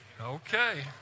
Okay